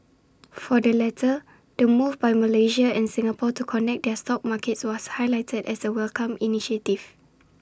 for the latter the move by Malaysia and Singapore to connect their stock markets was highlighted as A welcomed initiative